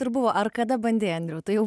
ir buvo ar kada bandei andriau tai jau